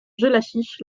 jellachich